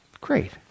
great